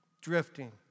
drifting